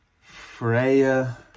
Freya